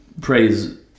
praise